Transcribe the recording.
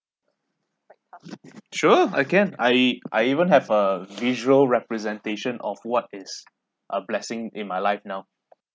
sure I can I I even have a visual representation of what is a blessing in my life now